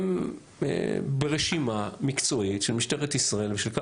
הם ברשימה מקצועית של משטרת ישראל ושל כמה